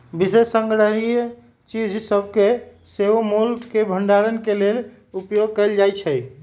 विशेष संग्रहणीय चीज सभके सेहो मोल के भंडारण के लेल उपयोग कएल जाइ छइ